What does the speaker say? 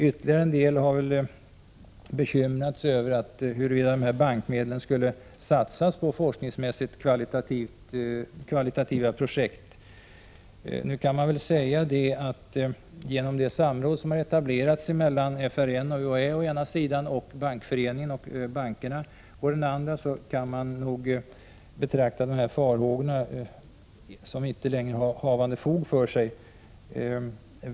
Ytterligare en del har bekymrat sig över om bankmedlen skulle satsas på forskningsmässigt kvalitativa projekt. Genom det samråd som har etablerats mellan FRN och UHÄ å ena sidan och Bankföreningen och bankerna å andra sidan kan man nog betrakta farhågorna som utan fog.